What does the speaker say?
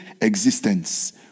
existence